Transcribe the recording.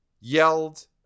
yelled